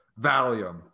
Valium